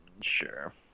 sure